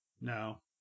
No